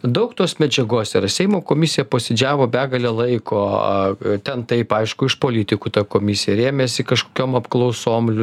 daug tos medžiagos yra seimo komisija posėdžiavo begalę laiko ten taip aišku iš politikų ta komisija rėmėsi kažkokiom apklausom